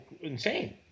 insane